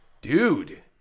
Dude